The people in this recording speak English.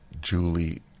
Julie